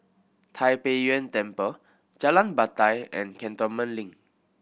Tai Pei Yuen Temple Jalan Batai and Cantonment Link